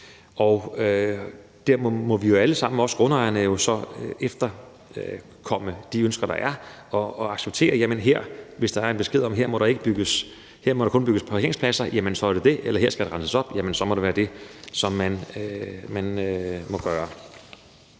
er. Der må vi jo alle sammen, også grundejerne, så efterkomme de ønsker, der er, og acceptere, at hvis der er en besked om, at her må der kun bygges parkeringspladser, så er det sådan, det er, eller at her skal der renses op, så må det være det, man må gøre.